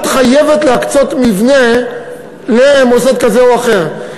את חייבת להקצות מבנה למוסד כזה או אחר.